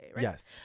Yes